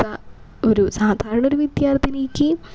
ഒരു സാധാരണ ഒരു വിദ്യര്ത്ഥിനിക്ക്